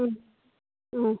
ꯎꯝ ꯎꯝ